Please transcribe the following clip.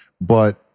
but-